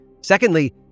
Secondly